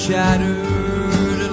Shattered